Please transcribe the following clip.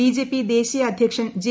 BJP ദേശീയ അദ്ധ്യക്ക്ഷൻ J